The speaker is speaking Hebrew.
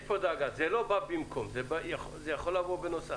יש פה דאגה שזה לא בא במקום, זה יכול לבוא בנוסף.